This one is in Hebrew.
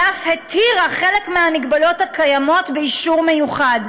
היא אף התירה חלק מההגבלות הקיימות, באישור מיוחד.